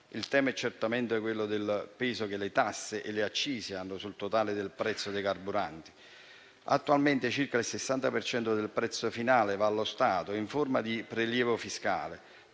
Il tema è certamente quello del peso che le tasse e le accise hanno sul totale del prezzo dei carburanti. Attualmente, circa il 60 per cento del prezzo finale va allo Stato in forma di prelievo fiscale,